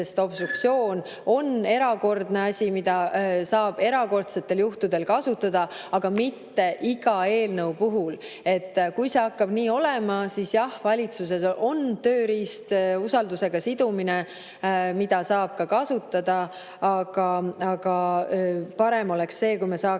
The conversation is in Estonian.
sest obstruktsioon on erakordne asi, mida saab kasutada erakordsetel juhtudel, aga mitte iga eelnõu puhul. Kui see hakkab nii olema, siis jah, valitsuses on tööriist, usaldusega sidumine, mida saab kasutada, aga parem oleks see, kui me saaksime